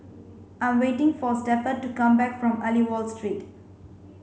I'm waiting for Stafford to come back from Aliwal Street